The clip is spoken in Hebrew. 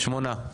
שמונה.